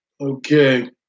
Okay